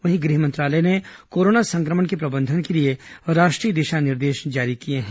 वहीं गृह मंत्रालय ने कोरोना संक्रमण के प्रबंधन के लिए राष्ट्रीय दिशा निर्देश जारी किये हैं